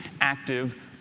active